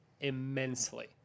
immensely